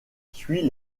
suit